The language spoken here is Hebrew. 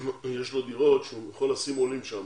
לו דירות שהוא יכול לשים עולים שם.